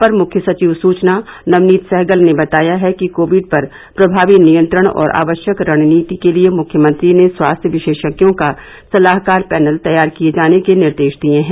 अपर मुख्य सचिव सूचना नवनीत सहगल ने बताया है कि कोविड पर प्रभावी नियंत्रण और आवश्यक रणनीति के लिये मुख्यमंत्री ने स्वास्थ्य विशेषज्ञों का सलाहकार पैनल तैयार किये जाने के निर्देश दिये हैं